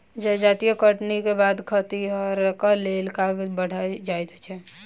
जजाति कटनीक बाद खतिहरक लेल काज बढ़ि जाइत छै